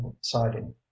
siding